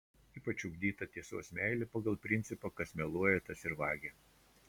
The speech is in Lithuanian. ypač ugdyta tiesos meilė pagal principą kas meluoja tas ir vagia